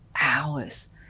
hours